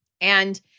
And-